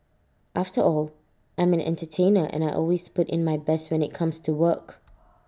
after all I'm an entertainer and I always put in my best when IT comes to work